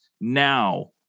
now